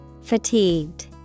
fatigued